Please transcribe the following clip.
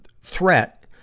threat